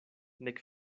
nek